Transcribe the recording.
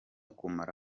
kumara